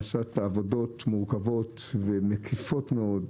נעשות עבודות מורכבות ומקיפות מאוד,